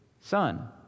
Son